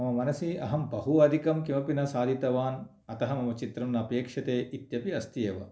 मम मनसि अहं बहु अधिकं किमपि न साधितवान् अतः मम चित्रं न अपेक्षते इत्यपि अस्ति एव